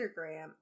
Instagram